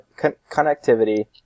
Connectivity